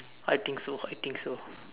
I think so I think so